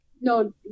No